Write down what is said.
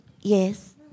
Yes